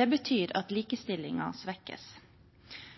Det betyr at likestillingen svekkes.